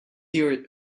your